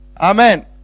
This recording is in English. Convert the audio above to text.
amen